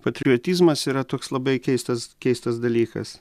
patriotizmas yra toks labai keistas keistas dalykas